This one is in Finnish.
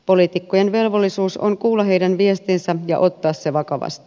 poliitikkojen velvollisuus on kuulla heidän viestinsä ja ottaa se vakavasti